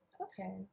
okay